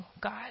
God